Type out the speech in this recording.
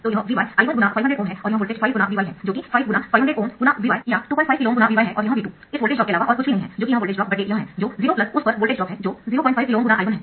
तो यह Vy I1×500Ω है और यह वोल्टेज 5×Vy है जो कि 5×500Ω ×Vy या 25 KΩ ×Vy है और यह V2 इस वोल्टेज ड्रॉप के अलावा और कुछ भी नहीं है जो कि यह वोल्टेज ड्रॉप यह है जो 0उस पर वोल्टेज ड्रॉप है जो 05 KΩ ×I1 है